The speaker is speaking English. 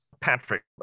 Patrick